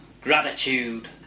Gratitude